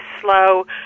slow